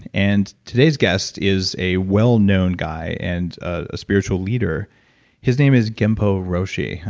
and today's guest is a well-known guy and a spiritual leader his name is genpo roshi.